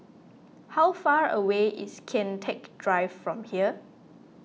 how far away is Kian Teck Drive from here